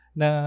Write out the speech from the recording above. na